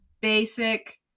basic